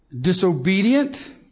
Disobedient